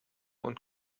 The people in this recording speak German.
und